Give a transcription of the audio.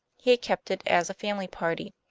he had kept it as a family party.